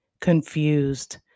confused